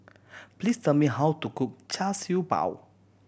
please tell me how to cook Char Siew Bao